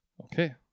okay